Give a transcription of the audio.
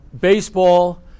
baseball